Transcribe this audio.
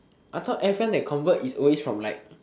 I thought everyone that convert is always from like